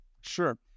Sure